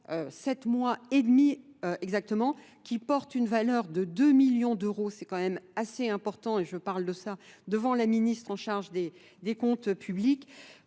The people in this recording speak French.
mois et demi exactement, qui porte une valeur de 2 millions d'euros, c'est quand même assez important et je parle de ça devant la ministre en charge des comptes publics.